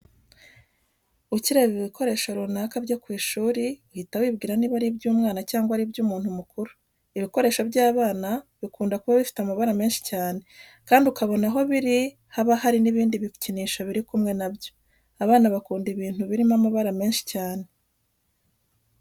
Ukireba ibikoresho runaka byo ku ishuri uhita wibwira niba ari iby'umwana cyangwa ari iby'umuntu mukuru. Ibikoresho by'abana bikunda kuba bifite amabara menshi cyane kandi ukabona aho biri haba hari n'ibindi bikinisho biri kumwe na byo. Abana bakunda ibintu birimo amabara menshi cyane.